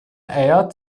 eier